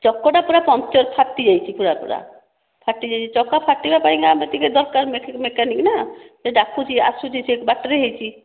ଚକା ଟା ପୁରା ପଙ୍କ୍ଚର ଫାଟିଯାଇଛି ପୁରା ପୁରା ଫାଟିଯାଇଛି ଚକା ଫାଟିବାପାଇଁ ବି ଟିକେ ଦରକାର ମେକାନିକ ନା ସିଏ ଡାକିଛି ଆସୁଛି ବାଟରେ ହୋଇଛି